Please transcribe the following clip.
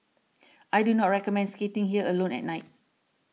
I do not recommend skating here alone at night